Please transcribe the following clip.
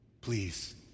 Please